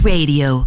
Radio